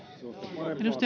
arvoisa